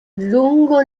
lungo